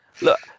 Look